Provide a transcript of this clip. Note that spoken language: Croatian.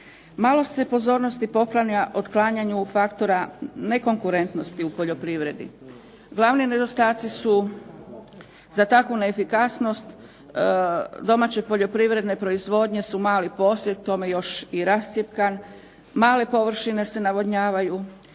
Malo se pozornosti poklanja otklanjanju faktora nekonkurentnosti u poljoprivredi. Glavni nedostaci su za takvu neefikasnost domaće poljoprivredne proizvodnje su mali posjed k tome još i rascjepkan, male površine se navodnjavaju,